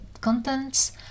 contents